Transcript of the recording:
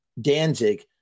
Danzig